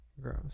Gross